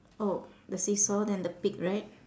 oh the seesaw then the pig right